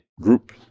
Group